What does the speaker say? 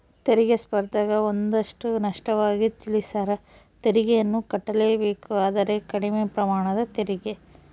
ತೆರಿಗೆ ಸ್ಪರ್ದ್ಯಗ ಒಂದಷ್ಟು ಸ್ಪಷ್ಟವಾಗಿ ತಿಳಿಸ್ಯಾರ, ತೆರಿಗೆಯನ್ನು ಕಟ್ಟಲೇಬೇಕು ಆದರೆ ಕಡಿಮೆ ಪ್ರಮಾಣದ ತೆರಿಗೆ